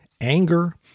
anger